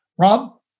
Rob